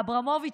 האברמוביצ'ים,